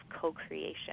co-creation